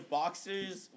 boxers